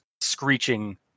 screeching